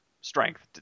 strength